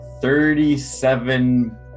Thirty-seven